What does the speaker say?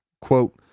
Quote